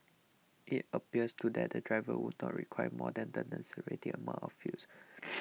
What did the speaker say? it appears to that the driver would not require more than the necessary amount of fuels